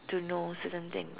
to know certain thing